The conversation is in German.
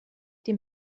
dem